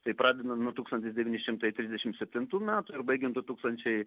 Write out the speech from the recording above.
tai pradedant nuo tūkstantis devyni šimtai trisdešimt septintų metų ir baigiant du tūkstančiai